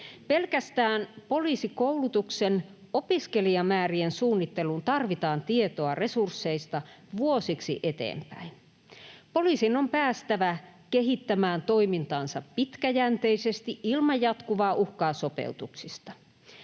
Pelkästään poliisikoulutuksen opiskelijamäärien suunnitteluun tarvitaan tietoa resursseista vuosiksi eteenpäin. Poliisin on päästävä kehittämään toimintaansa pitkäjänteisesti ilman jatkuvaa uhkaa sopeutuksista.